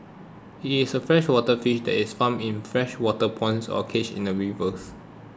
it is a freshwater fish that is farmed in freshwater ponds or cages in rivers